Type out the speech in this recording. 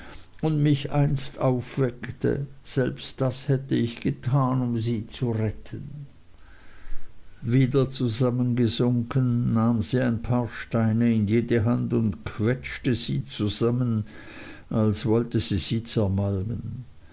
und mich einst aufweckte selbst das hätte ich getan um sie zu retten wieder zusammengesunken nahm sie ein paar steine in jede hand und quetschte sie zusammen als wollte sie sie zermalmen